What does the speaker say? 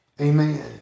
amen